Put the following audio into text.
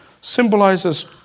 symbolizes